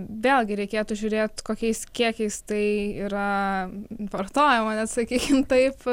vėlgi reikėtų žiūrėt kokiais kiekiais tai yra vartojama net sakykim taip